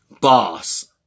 Boss